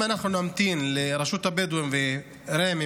אם אנחנו נמתין לרשות הבדואים ולרמ"י,